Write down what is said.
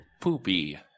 poopy